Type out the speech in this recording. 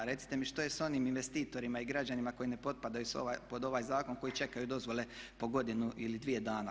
Recite mi što je s onim investitorima i građanima koji ne potpadaju pod ovaj zakon, koji čekaju dozvole po godinu ili dvije dana?